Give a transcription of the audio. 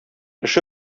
эше